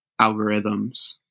algorithms